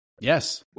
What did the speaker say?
Yes